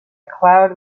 cloud